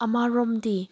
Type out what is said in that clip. ꯑꯃꯔꯣꯝꯗꯗꯤ